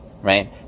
right